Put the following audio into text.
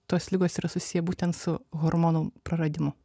tos ligos yra susiję būtent su hormonų praradimu